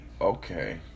okay